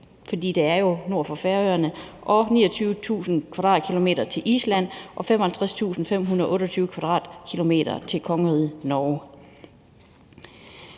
for det er jo nord for Færøerne, og så 29.000 km² til Island og 55.528 km² til kongeriget Norge.